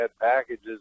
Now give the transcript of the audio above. packages